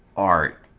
are